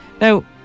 Now